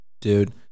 Dude